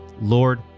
Lord